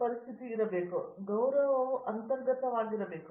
ವಿಶ್ವನಾಥನ್ ಆ ಗೌರವವು ಅಂತರ್ಗತವಾಗಿರಬೇಕು